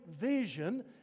vision